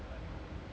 I mean